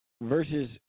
Versus